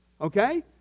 Okay